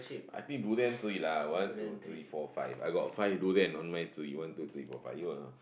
I think durian tree lah one two three four five I got five durian on my tree one two three four five